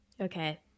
Okay